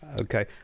Okay